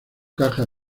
caja